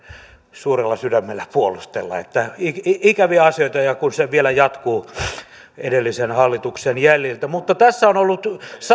suurella sydämellä puolustella ikäviä asioita ja kun se vielä jatkuu edellisen hallituksen jäljiltä tässä on ollut